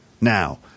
now